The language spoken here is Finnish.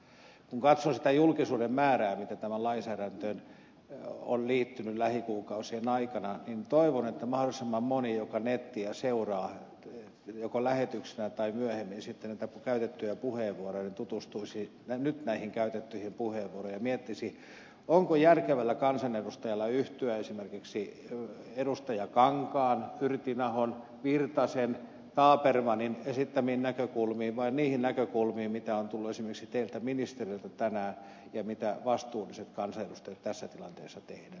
kun katsoo sitä julkisuuden määrää mikä tähän lainsäädäntöön on liittynyt lähikuukausien aikana niin toivon että mahdollisimman moni joka nettiä seuraa joko lähetyksenä tai myöhemmin sitten näitä käytettyjä puheenvuoroja tutustuisi nyt näihin käytettyihin puheenvuoroihin ja miettisi onko järkevällä kansanedustajalla syytä yhtyä esimerkiksi edustajien kankaan yrttiahon virtasen tabermannin esittämiin näkökulmiin vai niihin näkökulmiin mitä on tullut esimerkiksi teiltä ministereiltä tänään ja mitä vastuulliset kansanedustajat tässä tilanteessa esittävät